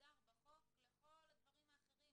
מוגדר בחוק לכל הדברים האחרים,